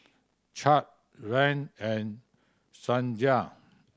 Chadd Rahn and Sonja